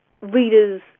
readers